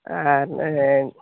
ᱟᱨ ᱮᱫ